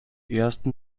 ersten